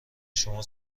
شما